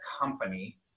company